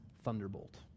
thunderbolt